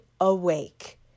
awake